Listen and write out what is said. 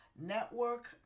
network